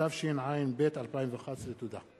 התשע"ב 2011. תודה.